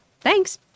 Thanks